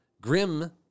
Grim